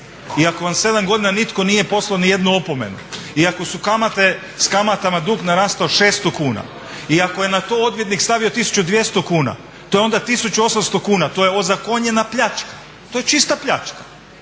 ako vam 7 godina nitko nije poslao niti jednu opomenu i ako su kamate, s kamatama dug narastao 600 kuna i ako je na to odvjetnik stavio 1200 kuna, to je onda 1800 kuna, to je ozakonjena pljačka. To je čista pljačka.